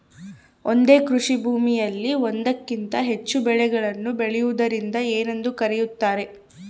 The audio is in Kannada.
ಒಂದೇ ಕೃಷಿಭೂಮಿಯಲ್ಲಿ ಒಂದಕ್ಕಿಂತ ಹೆಚ್ಚು ಬೆಳೆಗಳನ್ನು ಬೆಳೆಯುವುದಕ್ಕೆ ಏನೆಂದು ಕರೆಯುತ್ತಾರೆ?